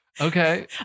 Okay